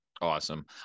Awesome